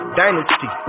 dynasty